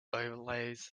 overlays